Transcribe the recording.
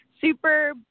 super